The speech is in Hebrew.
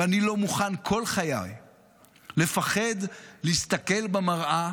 ואני לא מוכן כל חיי לפחד להסתכל במראה